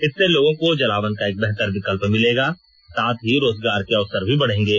इससे लोगों को जलावन का एक बेहतर विकल्प मिलेगा साथ ही रोजगार के अवसर भी बढ़ेंगे